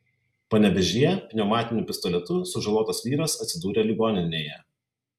panevėžyje pneumatiniu pistoletu sužalotas vyras atsidūrė ligoninėje